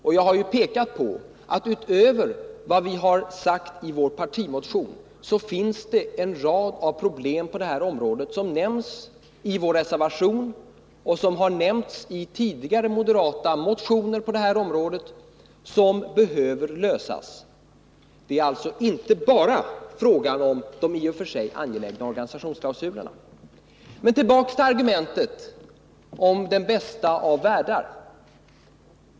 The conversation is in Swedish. Och jag har pekat på att utöver vad vi sagt i partimotionen finns det en hel rad problem på det här området, som nämns i vår reservation och som nämnts i tidigare moderata motioner på det här området, som behöver lösas. Det är alltså inte bara fråga om de i och för sig angelägna organisationsklausulerna. Men tillbaka till argumentet om den bästa av världar.